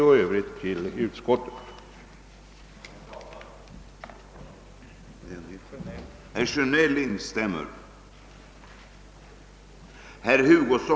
I övrigt yrkar jag bifall till utskottets hemställan.